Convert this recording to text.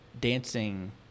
dancing